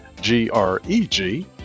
G-R-E-G